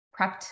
prepped